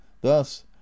thus